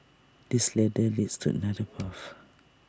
this ladder leads to another path